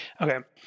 Okay